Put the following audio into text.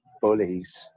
bullies